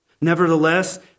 Nevertheless